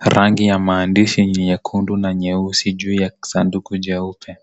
Rangi ya maandishi nyekundu na nyeusi juu ya sanduku jeupe ,